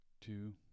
two